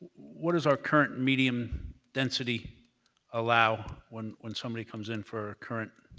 what is our current medium density allow when when somebody comes in for a current